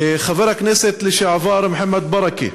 חבר הכנסת לשעבר מוחמד ברכה,